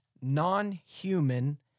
non-human